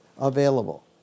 available